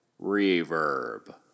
Reverb